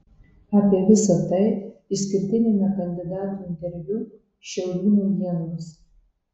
apie visa tai išskirtiniame kandidatų interviu šiaulių naujienoms